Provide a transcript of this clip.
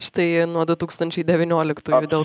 štai nuo du tūkstančiai devynioliktųjų dėl